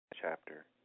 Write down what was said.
chapter